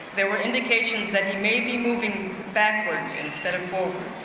there were indications that he may be moving backwards instead of forward.